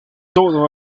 todo